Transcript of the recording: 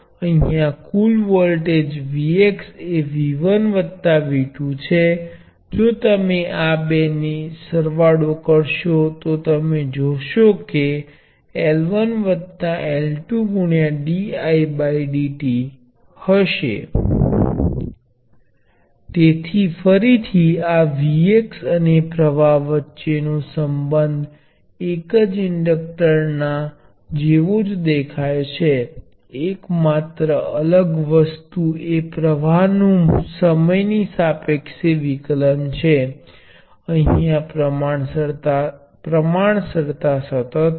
ફરીથી તમે અહીં વોલ્ટેજ નો અને ત્યાં પ્રવાહ વચ્ચેનો સંબંધ જુઓ તે એક કેપેસિટર જેવો દેખાય છે જો તમારી પાસે કેપેસિટર C હોય અને વોલ્ટેજ V હોય તો તેમાંથી વહેતો પ્રવાહ એ C અને વોલ્ટેજ V નુ સમયની સાપેક્ષે વિકલન નો ગુણાકાર હશે